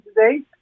today